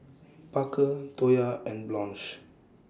Parker Toya and Blanche